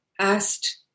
asked